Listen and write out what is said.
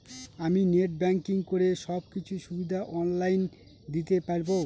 আমি net banking করে সব কিছু সুবিধা অন লাইন দিতে পারবো?